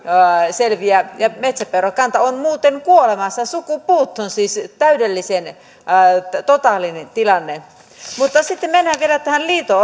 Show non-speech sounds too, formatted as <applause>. selviää metsäpeurakanta on muuten kuolemassa sukupuuttoon siis täydellisen totaalinen tilanne mutta sitten mennään vielä tähän liito <unintelligible>